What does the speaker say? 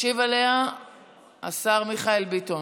ישיב עליה השר מיכאל ביטון.